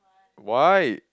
why